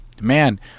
man